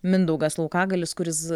mindaugas laukagalis kuris